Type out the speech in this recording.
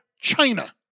China